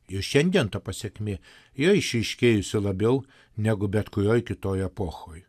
ir šiandien ta pasekmė yra išryškėjusi labiau negu bet kurioj kitoj epochoj